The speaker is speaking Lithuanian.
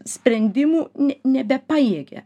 sprendimų nebepajėgia